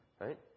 Right